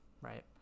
Right